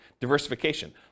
diversification